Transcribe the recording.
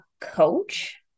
coach